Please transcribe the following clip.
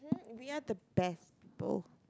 we're the best both